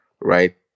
right